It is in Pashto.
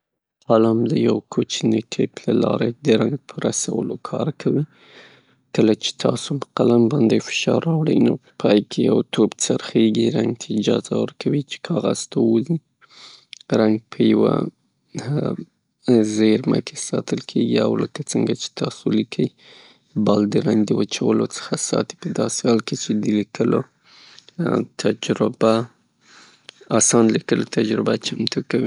قلم د یوه کوچیني کیپ له لارې د رنګ په رسولو کار کوي، کله چه تاسې په یوه قلم فشار راوړي، پای کې یې یو توپ څرخیږي، رنګ ته اجازه ورکوي تر کاغذ ته ووځي. رنګ په یوه زیرمه کې ساتل کیږي او لکه څرنګه چه تاسې لیکي، بال د قلم له وچولو څخه ساتي، چه د لیکلو تجربه، د لیکلنو اسانه تجربه رامنځته کوي.